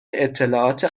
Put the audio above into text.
اطلاعات